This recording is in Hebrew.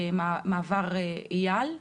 מעבר אייל.